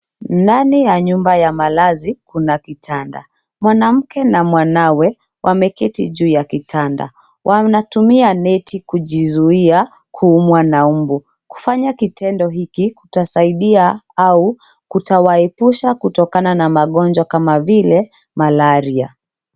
Ndani ya nyumba ya malazi kuna kitanda. Mwanamke na mwanawe wameketi juu ya kitanda. Wanatumia neti kujizuia kuumwa na umbu. Kufanya kitendo hiki kutasaidia au kutawaepusha kutokana na magonjwa kama vile malaria.